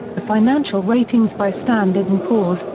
the financial ratings by standard and poors,